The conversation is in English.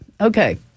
Okay